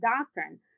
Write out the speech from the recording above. doctrine